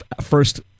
first